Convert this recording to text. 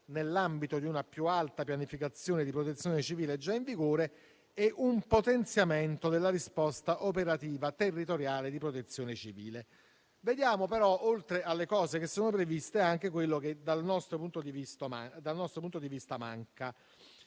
nell'ambito di una più alta pianificazione di protezione civile già in vigore e un potenziamento della risposta operativa territoriale di protezione civile. Vediamo però, oltre alle misure che sono previste, anche quello che dal nostro punto di vista manca,